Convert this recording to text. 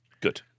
Good